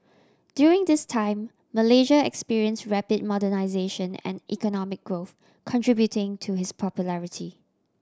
during this time Malaysia experience rapid modernisation and economic growth contributing to his popularity